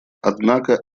однако